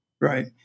Right